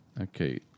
Okay